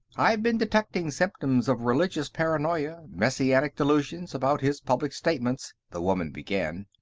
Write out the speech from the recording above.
i've been detecting symptoms of religious paranoia, messianic delusions, about his public statements. the woman began.